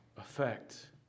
affect